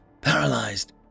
paralyzed